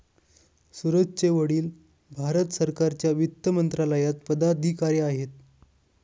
सूरजचे वडील भारत सरकारच्या वित्त मंत्रालयात पदाधिकारी आहेत